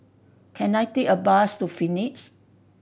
can I take a bus to Phoenix